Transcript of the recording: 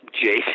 Jason